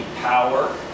power